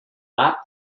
lap